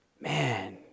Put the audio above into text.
Man